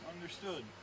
Understood